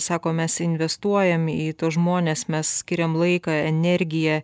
sako mes investuojam į tuos žmones mes skiriam laiką energiją